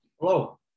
Hello